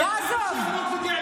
יש ייעוץ משפטי?